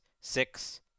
six